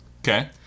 Okay